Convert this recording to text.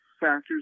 factors